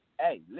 Hey